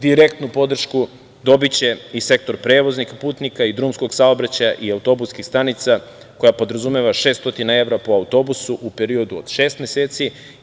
Direktnu podršku dobiće i sektor prevoza putnika i drumskog saobraćaja i autobuskih stanica koja podrazumeva 600 evra po autobusu u periodu od šest meseci.